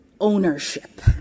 ownership